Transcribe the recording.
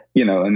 you know? and